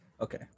Okay